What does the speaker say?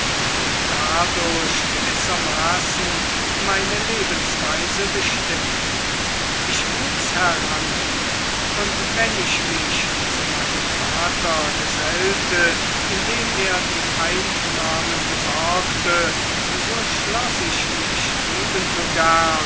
und dadurch gewissermaßen meine lebensweise bestimmte ich wuchs heran und wenn ich mich zu meinem vater gesellte indem er die einnahmen besorgte so schloß ich mich ebenso gern